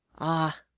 ah!